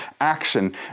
action